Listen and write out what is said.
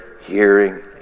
hearing